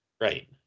right